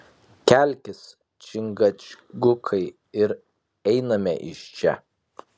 kelkis čingačgukai ir einame iš čia